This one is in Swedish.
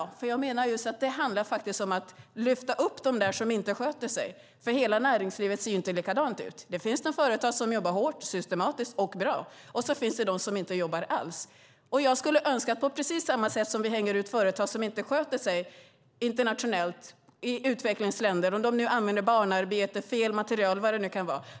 Jag menar just att det handlar om att lyfta fram dem som inte sköter sig, för hela näringslivet ser inte likadant ut. Det finns företag som jobbar hårt, systematiskt och bra och så finns det de som inte jobbar alls. Jag skulle önska att vi kunde agera på samma sätt som när vi hänger ut företag som inte sköter sig internationellt, i utvecklingsländer där de använder barnarbete, fel material eller vad det nu kan vara.